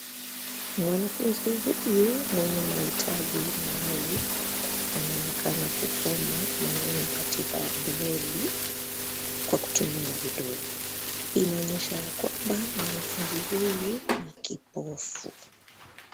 Mwanafunzi huyo mwenye mahitaji maalum, anaonekana kusoma maneno katika breli kwa kutumia vidole. Inaonyesha ya kwamba mwanafunzi huyu ni kipofu.